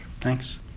Thanks